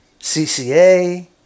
CCA